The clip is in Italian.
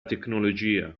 tecnologia